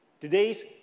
Today's